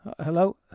Hello